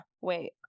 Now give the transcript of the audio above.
wait